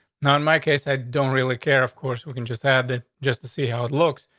now, in my case, i don't really care. of course we can just have that just to see how it looks.